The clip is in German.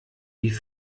wie